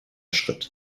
schritt